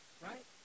right